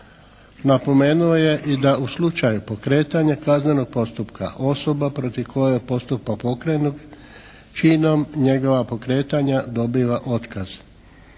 Napomenuo je i da u slučaju pokretanja kaznenog postupka osoba protiv koje je postupak pokrenut činom njegova pokretanja dobiva otkaz.